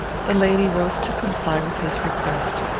the lady rose to comply with his request.